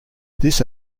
this